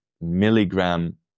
milligram